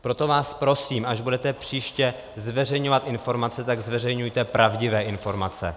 Proto vás prosím, až budete příště zveřejňovat informace, tak zveřejňujte pravdivé informace.